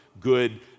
good